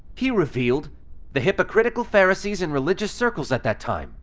he revealed the hypocritical pharisees in religious circles at that time.